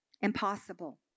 Impossible